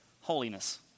holiness